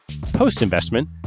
Post-investment